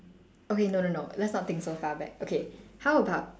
okay no no no let's not think so far back okay how about